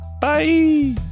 Bye